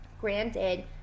Granted